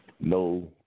No